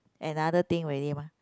another thing already mah